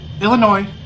Illinois